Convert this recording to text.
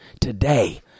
today